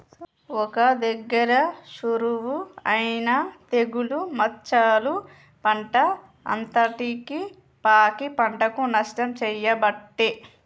ఒక్క దగ్గర షురువు అయినా తెగులు మచ్చలు పంట అంతటికి పాకి పంటకు నష్టం చేయబట్టే